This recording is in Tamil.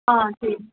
ஆ சரி